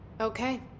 Okay